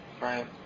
right